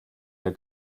der